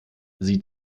sie